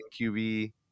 QB